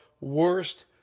worst